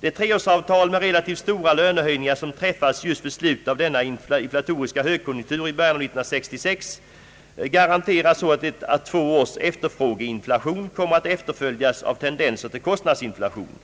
Det treårsavtal, med relativt stora lönehöjningar, som träffades just vid slutet av denna inflatoriska högkonjunktur, i början av 1966, garanterar så att ett å två års efterfrågeinflation kommer att efterföljas av tendenser till kostnadsinflation.